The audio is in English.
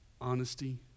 honesty